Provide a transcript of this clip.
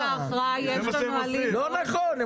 לא נכון.